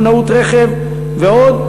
מכונאות רכב ועוד,